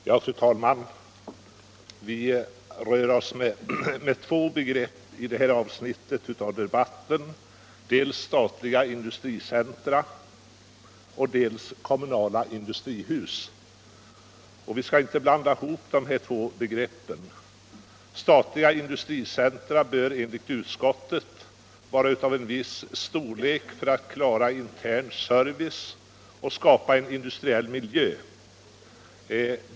Fru talman! Vi rör oss med två begrepp i det här avsnittet av debatten, dels statliga industricentra, dels kommunala industrihus. Vi skall inte blanda ihop de begreppen. Statliga industricentra bör enligt utskottets mening vara av en viss storlek för att klara intern service och skapa industriell miljö.